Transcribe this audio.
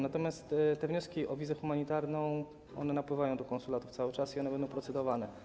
Natomiast wnioski o wizę humanitarną napływają do konsulatów cały czas i one będą procedowane.